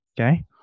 Okay